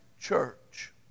church